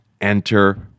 enter